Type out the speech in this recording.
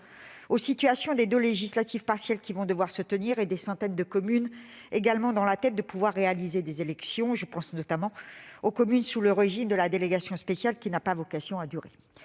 aux situations des deux élections législatives partielles qui vont devoir se tenir et à celle des centaines de communes qui attendent de pouvoir organiser des élections. Je pense notamment aux communes sous le régime de la délégation spéciale, qui n'a pas vocation à durer.